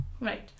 right